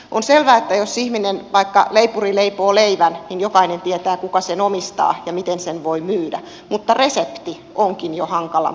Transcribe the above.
on selvää että jos ihminen vaikka leipuri leipoo leivän niin jokainen tietää kuka sen omistaa ja miten sen voi myydä mutta resepti onkin jo hankalampi juttu